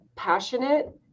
Passionate